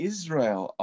Israel